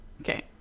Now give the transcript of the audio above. Okay